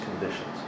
conditions